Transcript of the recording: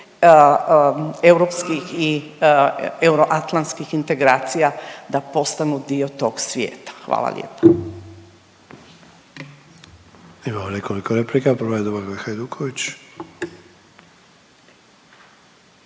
europskih i euroatlantskih integracija da postanu dio tog svijeta. Hvala lijepo.